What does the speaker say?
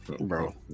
Bro